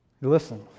Listen